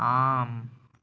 आम्